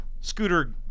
Scooter